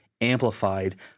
amplified